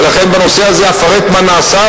ולכן בנושא הזה אפרט מה נעשה,